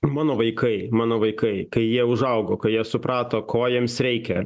mano vaikai mano vaikai kai jie užaugo kai jie suprato ko jiems reikia